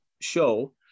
show